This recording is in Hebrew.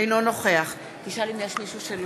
אינו נוכח חברים,